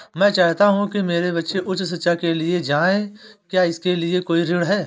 मैं चाहता हूँ कि मेरे बच्चे उच्च शिक्षा के लिए जाएं क्या इसके लिए कोई ऋण है?